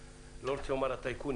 אני לא רוצה לומר הטייקונים,